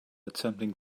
attempting